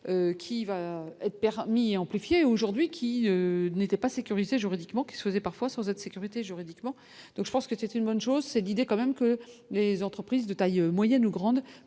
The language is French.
qui va être père mi-aujourd'hui qui n'était pas sécuriser juridiquement qui souhaitait parfois sur cette sécurité juridiquement, donc je pense que c'est une bonne chose, c'est d'idée quand même que les entreprises de taille moyenne ou grande